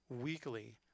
weekly